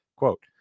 Quote